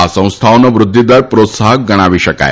આ સંસ્થાઓનો વૃદ્વિદર પ્રોત્સાહક ગણાવી શકાય